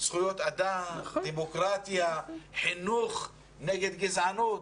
זכויות אדם, דמוקרטיה, חינוך, נגד גזענות.